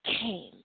came